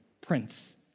Prince